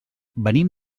venim